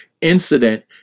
incident